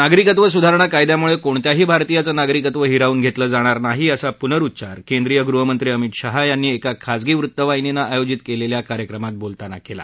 नागरिकत्व सुधारणा कायद्यामुळे कोणत्याही भारतीयाचं नागरिकत्व हिरावून घेतलं जाणार नाही असा पुनरुच्चार केंद्रीय गृहमंत्री अमित शाह यांनी एका खाजगी वृत्तवाहिनीनं आयोजित केलेल्या कार्यक्रमात बोलताना केला